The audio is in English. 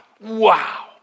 Wow